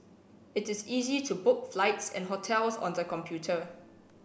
it is easy to book flights and hotels on the computer